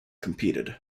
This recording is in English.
competed